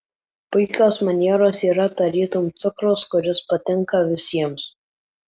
puikios manieros yra tarytum cukrus kuris patinka visiems